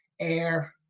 air